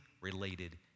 related